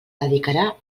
dedicarà